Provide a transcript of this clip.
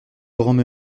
grands